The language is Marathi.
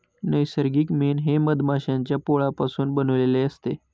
नैसर्गिक मेण हे मधमाश्यांच्या पोळापासून बनविलेले असते